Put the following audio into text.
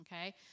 Okay